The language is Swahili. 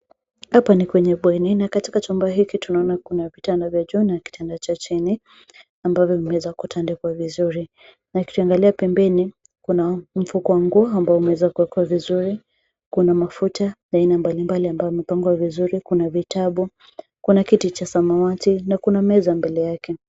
Hapa ni kwenye bweni na katika chumba hiki tunaona kuna vitanda vya juu na kitanda cha chini ambavyo vimeweza kutandikwa vizuri, na tukiangalia pembeni kuna mfuko wa nguo ambao umeweza kuwekwa vizuri. Kuna mafuta ya aina mbalimbali ambayo imepangwa vizuri, kuna vitabu, kuna kiti cha samawati na kuna meza mbele yake.